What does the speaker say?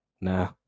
Nah